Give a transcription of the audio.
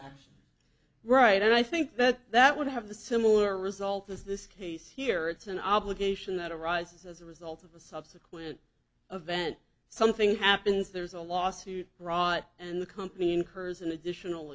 that right and i think that that would have the similar result as this case here it's an obligation that arises as a result of the subsequent event something happens there's a lawsuit brought and the company incurs an additional